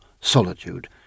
solitude